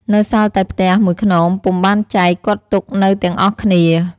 នៅសល់តែផ្ទះ ១ខ្នងពុំបានចែក គាត់ទុកនៅទាំងអស់គ្នា ។